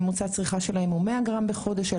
ממוצע הצריכה שלהם הוא 100 גרם בחודש.